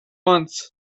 months